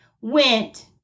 went